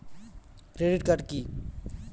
Credit card কি?